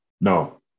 No